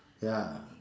ya